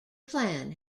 plan